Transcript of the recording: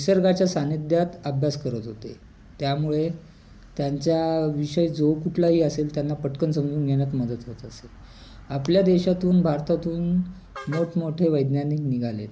निसर्गाच्या सानिद्यात अभ्यास करत होते त्यामुळे त्यांच्या विषय जो कुठलाही असेल त्यांना पटकन समजून घेण्यात मदत होत असे आपल्या देशातून भारतातून मोठमोठे वैज्ञानिक निघालेत